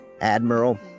Admiral